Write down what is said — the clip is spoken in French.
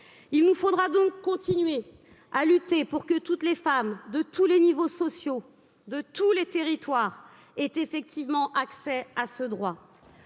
Il nous faudra donc continuer à lutter pour que toutes les femmes de tous les niveaux sociaux de tous les territoires aient effectivement accès à ce droit.